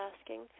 asking